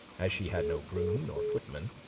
as she had no groom nor footman,